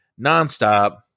nonstop